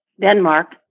Denmark